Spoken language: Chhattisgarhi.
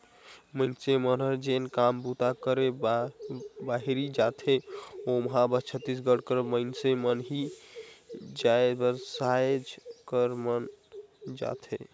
मइनसे मन जेन काम बूता करे बाहिरे जाथें ओम्हां बस छत्तीसगढ़ कर मइनसे मन ही नी जाएं सब राएज कर मन जाथें